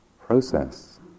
process